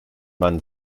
man